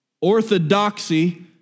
Orthodoxy